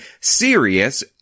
serious